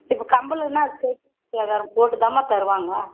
இப்போ கம்மலுன்னால் அதுக்கு செய்கூலி சேதாரம் போட்டுதாம்மா தருவாங்க